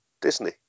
Disney